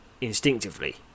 Instinctively